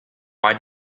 why